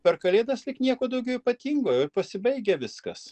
per kalėdas lyg nieko daugiau ypatingo pasibaigia viskas